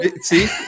see